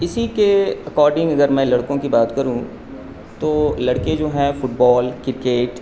اسی کے اکارڈنگ اگر میں لڑکوں کی بات کروں تو لڑکے جو ہیں فٹ بال کرکٹ